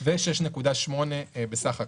ו-6.8% בסך הכול.